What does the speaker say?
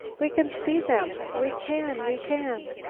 we can see them! we can! we can!